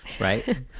Right